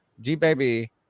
G-Baby